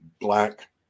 Black